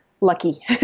lucky